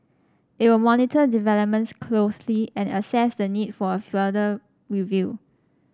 it will monitor developments closely and assess the need for a further review